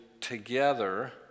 together